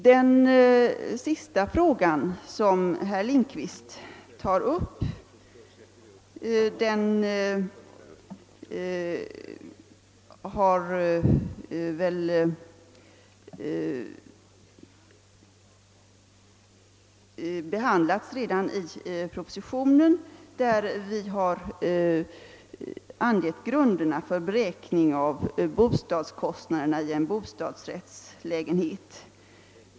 Herr Lindkvists sista fråga har väl redan behandlats i propositionen, där vi har angivit grunderna för beräkning av bostadskostnaderna i en bostadsrättslägenhet.